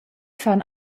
fan